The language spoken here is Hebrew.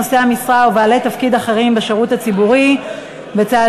נושאי המשרה ובעלי תפקיד אחרים בשירות הציבורי בצעדים